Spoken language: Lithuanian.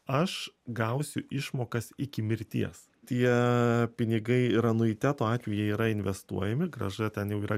aš gausiu išmokas iki mirties tie pinigai ir anuiteto atveju jie yra investuojami grąža ten jau yra